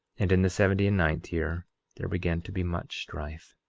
and in the seventy and ninth year there began to be much strife.